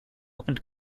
opened